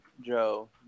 Joe